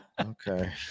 okay